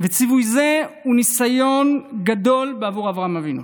ציווי זה הוא ניסיון גדול בעבור אברהם אבינו: